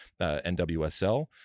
NWSL